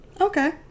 okay